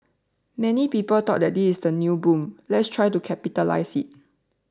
many people thought that this is the new boom let's try to capitalise it